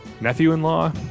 nephew-in-law